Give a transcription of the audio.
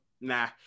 Nah